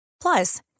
Plus